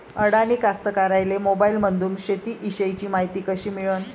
अडानी कास्तकाराइले मोबाईलमंदून शेती इषयीची मायती कशी मिळन?